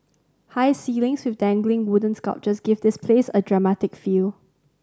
high ceilings with dangling wooden sculptures give this place a dramatic feel